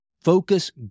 focus